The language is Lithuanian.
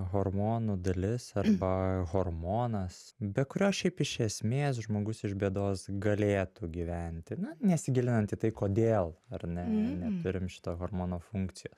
hormonų dalis arba hormonas be kurio šiaip iš esmės žmogus iš bėdos galėtų gyventi na nesigilinant į tai kodėl ar ne neturim šito hormono funkcijo